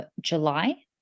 July